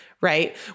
Right